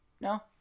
No